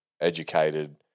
educated